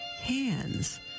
hands